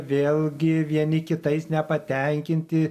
vėl gi vieni kitais nepatenkinti